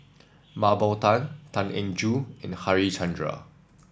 Mah Bow Tan Tan Eng Joo and Harichandra